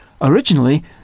Originally